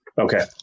Okay